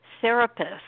therapist